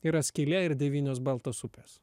yra skylė ir devynios baltos upės